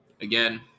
again